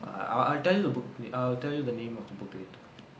I I'll tell you I'll tell you the name of the book later